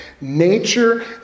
nature